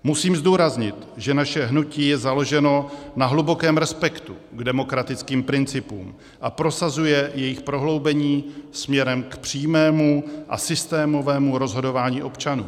Musím zdůraznit, že naše hnutí je založeno na hlubokém respektu k demokratickým principům a prosazuje jejich prohloubení směrem k přímému a systémovému rozhodování občanů.